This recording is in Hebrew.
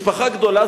משפחה גדולה,